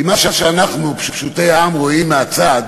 כי מה שאנחנו, פשוטי העם, רואים מהצד,